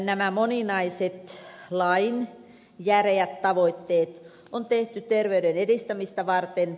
nämä moninaiset lain järeät tavoitteet on tehty terveyden edistämistä varten